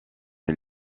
est